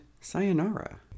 Sayonara